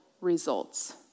results